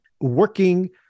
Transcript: working